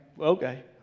Okay